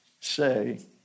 say